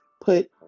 put